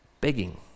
begging